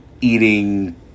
eating